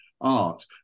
art